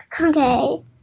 Okay